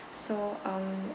so um